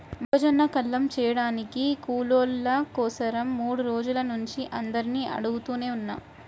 మొక్కజొన్న కల్లం చేయడానికి కూలోళ్ళ కోసరం మూడు రోజుల నుంచి అందరినీ అడుగుతనే ఉన్నా